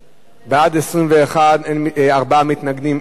בעד 21, ארבעה מתנגדים, אין נמנעים.